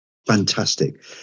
Fantastic